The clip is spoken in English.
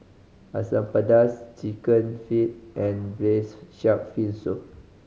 Asam Pedas Chicken Feet and Braised Shark Fin Soup